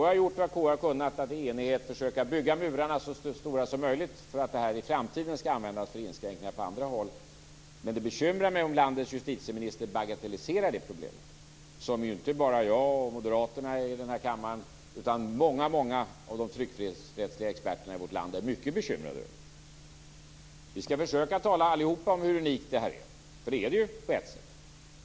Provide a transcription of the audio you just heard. KU har gjort vad KU har kunnat för att i enighet försöka bygga murarna så höga som möjligt mot att detta i framtiden skall användas för inskränkningar på andra håll. Men det bekymrar mig om landets justitieminister bagatelliserar det problemet. Det är något som inte bara jag och moderaterna i denna kammare utan även många av de tryckfrihetsrättsliga experterna i vårt land är mycket bekymrade över. Vi skall allihop försöka tala om hur unikt det här är. För det är det ju på ett sätt.